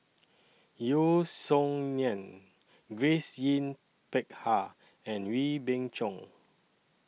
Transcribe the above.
Yeo Song Nian Grace Yin Peck Ha and Wee Beng Chong